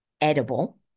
edible